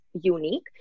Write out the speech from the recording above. unique